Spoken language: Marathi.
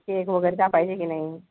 केक वगैरे कापायचे की नाही